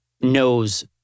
knows